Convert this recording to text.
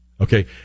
Okay